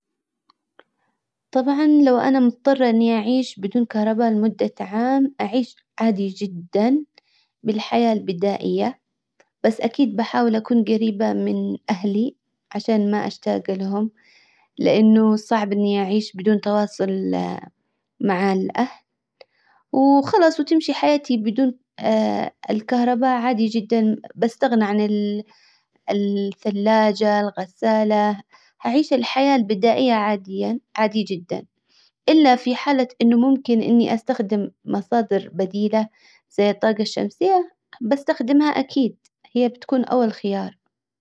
طبعا لو انا مضطرة اني اعيش بدون كهرباء لمدة عام اعيش عادي جدا بالحياة البدائية بس اكيد بحاول اكون جريبة من اهلي عشان ما اشتاج لهم لانه صعب اني اعيش بدون تواصل مع الاهل خلاص وتمشي حياتي بدون الكهربا عادي جدا بستغنى عن الثلاجة الغسالة حعيش الحياة البدائية عاديا عادي جدا الا في حالة انه ممكن اني استخدم مصادر بديلة زي الطاجة الشمسية بستخدمها اكيد هي او الخيار.